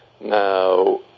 Now